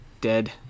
dead